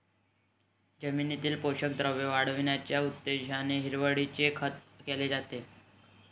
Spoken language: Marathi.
जमिनीतील पोषक द्रव्ये वाढविण्याच्या उद्देशाने हिरवळीचे खत केले जाते